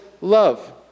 love